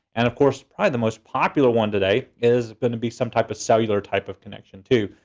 and of course, probably the most popular one today is gonna be some type of cellular type of connection, too.